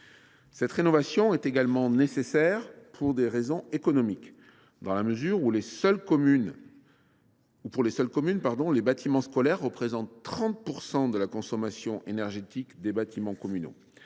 Cette rénovation est également nécessaire pour des raisons économiques dans la mesure où, pour les seules communes, les bâtiments scolaires représentent 30 % de la consommation énergétique des bâtiments communaux.